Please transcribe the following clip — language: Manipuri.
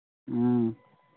ꯎꯝ